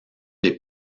des